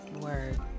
Word